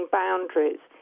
boundaries